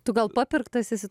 tu gal papirktas esi